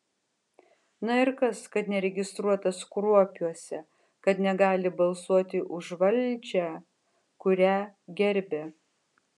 na ir kas kad neregistruotas kruopiuose kad negali balsuoti už valdžią kurią gerbia